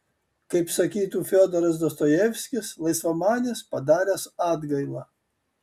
kaip sakytų fiodoras dostojevskis laisvamanis padaręs atgailą